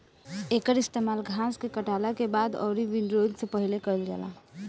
एकर इस्तेमाल घास के काटला के बाद अउरी विंड्रोइंग से पहिले कईल जाला